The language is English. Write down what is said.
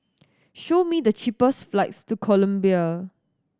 show me the cheapest flights to Colombia